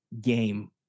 game